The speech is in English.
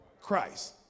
Christ